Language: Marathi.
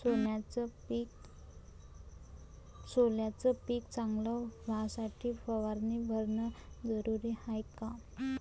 सोल्याचं पिक चांगलं व्हासाठी फवारणी भरनं जरुरी हाये का?